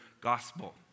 gospel